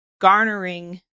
garnering